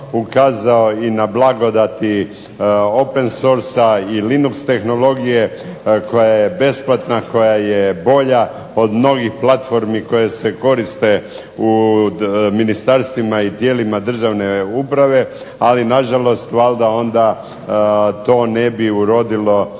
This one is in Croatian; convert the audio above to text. ukazao i na blagodati open sourca, i linux tehnologije, koja je besplatna, koja je bolja od mnogih platformi koje se koriste u ministarstvima i tijelima državne uprave, ali na žalost valjda onda to ne bi urodilo